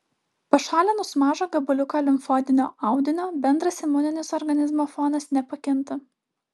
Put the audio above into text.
pašalinus mažą gabaliuką limfoidinio audinio bendras imuninis organizmo fonas nepakinta